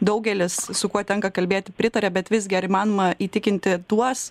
daugelis su kuo tenka kalbėti pritaria bet visgi ar įmanoma įtikinti tuos